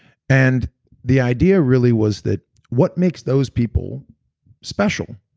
and the idea really was that what makes those people special,